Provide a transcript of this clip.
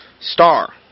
star